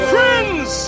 Friends